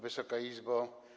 Wysoka Izbo!